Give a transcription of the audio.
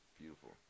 Beautiful